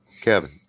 Kevin